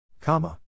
Comma